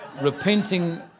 repenting